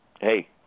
hey